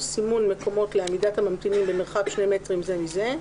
סימון מקומות לעמידת הממתינים במרחק שני מטרים זה מזה,